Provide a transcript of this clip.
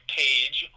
page